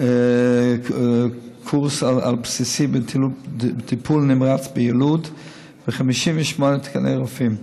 קורס על-בסיסי בטיפול נמרץ ביילוד ו-58 תקני רופאים.